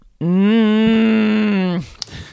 Mmm